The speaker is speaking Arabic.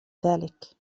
ذلك